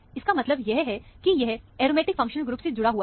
इसका मतलब यह है कि यह एरोमेटिक फंक्शनल ग्रुप से जुड़ा हुआ है